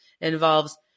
involves